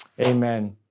Amen